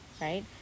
right